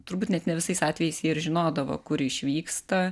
turbūt net ne visais atvejais jei žinodavo kur išvyksta